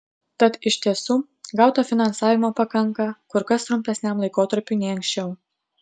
tad iš tiesų gauto finansavimo pakanka kur kas trumpesniam laikotarpiui nei anksčiau